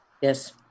Yes